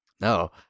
no